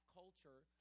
culture